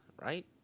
right